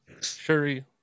Shuri